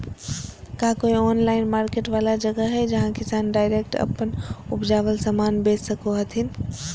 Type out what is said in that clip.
का कोई online market वाला जगह हइ जहां किसान डायरेक्ट अप्पन उपजावल समान बेच सको हथीन?